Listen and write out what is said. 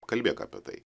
kalbėk apie tai